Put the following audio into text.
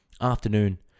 Afternoon